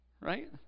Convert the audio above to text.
Right